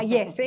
Yes